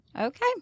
Okay